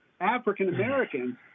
African-Americans